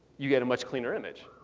you get a much cleaner image.